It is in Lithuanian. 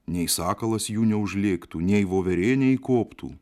nei sakalas jų neužlėktų nei voverė neįkoptų